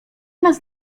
nas